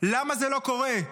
למה זה לא קורה,